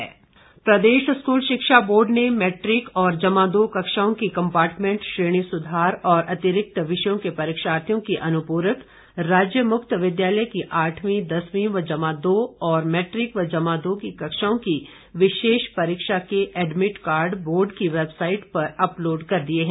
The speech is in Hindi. शिक्षा बोर्ड प्रदेश स्कूल शिक्षा बोर्ड ने मैट्रिक और जमा दो कक्षाओं की कम्पार्टमेंट श्रेणी सुधार और अतिरिक्त विषयों के परीक्षार्थियों की अनुपूरक राज्यमुक्त विद्यालय की आठवीं दसवीं व जमा दो और मैट्रिक व जमा दो की कक्षाओं की विशेष परीक्षा के एडमिट कार्ड बोर्ड की वैबसाईट पर अपलोड कर दिए हैं